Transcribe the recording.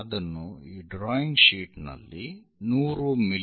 ಅದನ್ನು ಈ ಡ್ರಾಯಿಂಗ್ ಶೀಟ್ನಲ್ಲಿ 100 ಮಿ